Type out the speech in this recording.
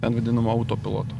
ant vadinamo auto piloto